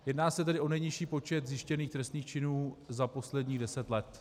Jedná se tedy o nejnižší počet zjištěných trestných činů za posledních deset let.